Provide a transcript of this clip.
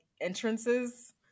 entrances